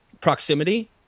proximity